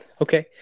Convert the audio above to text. Okay